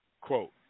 quote